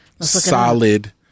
solid